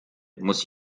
muss